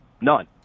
none